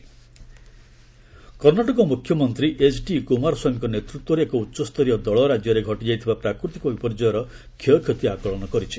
Karnataka calamity Karnataka ମୁଖ୍ୟମନ୍ତ୍ରୀ H D କୁମାରସ୍ୱାମୀଙ୍କ ନେତୃତ୍ୱରେ ଏକ ଉଚ୍ଚସ୍ତରୀୟ ଦଳ ରାଜ୍ୟରେ ଘଟିଯାଇଥିବା ପ୍ରାକୃତିକ ବିପର୍ଯ୍ୟୟର କ୍ଷୟକ୍ଷତି ଆକଳନ କରିଛି